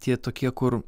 tie tokie kur